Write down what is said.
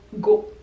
go